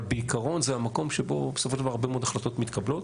אבל בעיקרון זה המקום שבו בסופו של דבר הרבה מאוד החלטות מתקבלות.